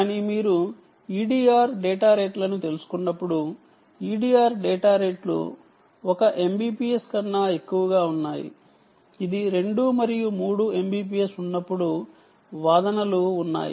కానీ మీరు EDR data రేట్లను తెలుసుకున్నప్పుడు EDR డేటా రేట్లు ఒక MBPS కన్నా ఎక్కువగా ఉన్నాయి ఇది 2 మరియు 3 MBPS ఉన్నట్లు వాదనలు ఉన్నాయి